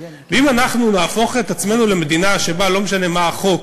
אם אנחנו נהפוך את עצמנו למדינה שבה לא משנה מה החוק,